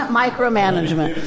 micromanagement